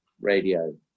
Radio